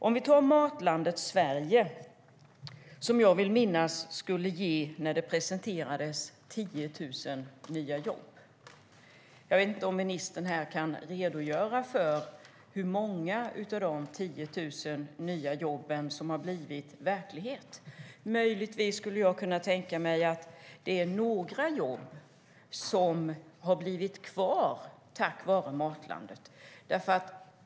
Låt oss ta Matlandet Sverige, som jag vill minnas skulle ge 10 000 nya jobb när det presenterades. Jag vet inte om ministern kan redogöra för hur många av de 10 000 jobben som blivit verklighet. Möjligtvis kan jag tänka mig att några jobb blivit kvar tack vare Matlandet.